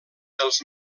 dels